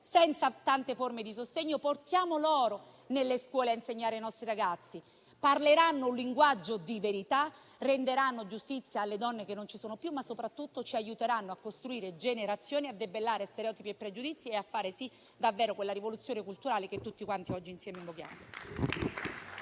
senza tante forme di sostegno, di venire nelle scuole a insegnare ai nostri ragazzi. Parleranno un linguaggio di verità, renderanno giustizia alle donne che non ci sono più, ma soprattutto ci aiuteranno a costruire generazioni, a debellare stereotipi e pregiudizi e a fare davvero quella rivoluzione culturale che tutti quanti oggi insieme invochiamo.